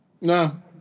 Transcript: No